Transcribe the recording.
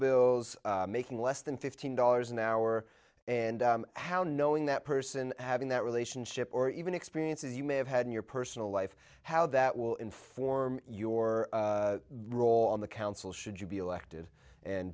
bills making less than fifteen dollars an hour and how knowing that person having that relationship or even experiences you may have had in your personal life how that will inform your role on the council should you be elected and